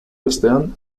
ostean